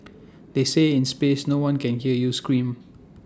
they say in space no one can hear you scream